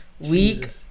Weak